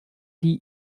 die